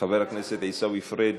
חבר הכנסת עיסאווי פריג'